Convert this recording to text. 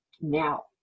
now